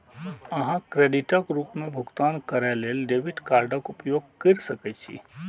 अहां क्रेडिटक रूप मे भुगतान करै लेल डेबिट कार्डक उपयोग कैर सकै छी